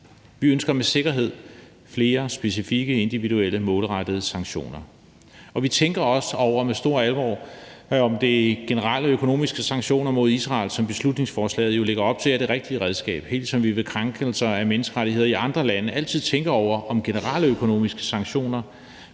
Vi ønsker med sikkerhed flere specifikke individuelle målrettede sanktioner, og vi tænker også med stor alvor over, om de generelle økonomiske sanktioner mod Israel, som beslutningsforslaget jo lægger op til, er det rigtige redskab, helt ligesom vi også ved andre krænkelser af menneskerettighederne i andre lande altid tænker over, om generelle økonomiske sanktioner